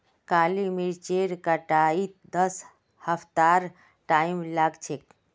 काली मरीचेर कटाईत दस हफ्तार टाइम लाग छेक